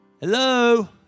Hello